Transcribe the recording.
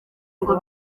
ngo